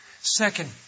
Second